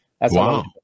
Wow